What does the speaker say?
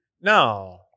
no